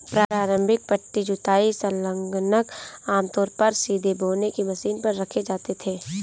प्रारंभिक पट्टी जुताई संलग्नक आमतौर पर सीधे बोने की मशीन पर रखे जाते थे